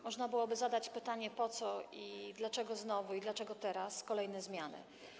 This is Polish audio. Można byłoby zadać pytanie, po co i dlaczego znowu są teraz kolejne zmiany.